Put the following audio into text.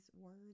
words